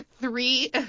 three